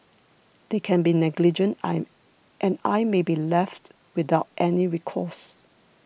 they can be negligent I and I may be left without any recourse